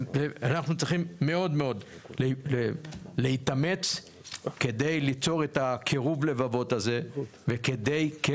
אנחנו צריכים מאוד מאוד להתאמץ כדי ליצור את הקירוב לבבות הזה וכדי כן,